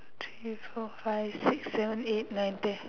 three four five six seven eight nine ten